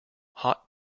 hot